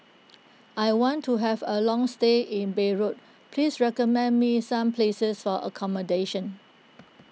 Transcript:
I want to have a long stay in Beirut please recommend me some places for accommodation